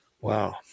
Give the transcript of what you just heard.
Wow